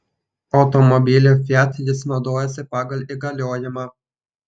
automobiliu fiat jis naudojosi pagal įgaliojimą